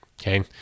Okay